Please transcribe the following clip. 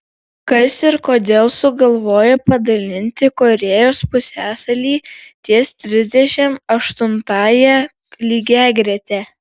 kas ir kodėl sugalvojo padalinti korėjos pusiasalį ties trisdešimt aštuntąja lygiagrete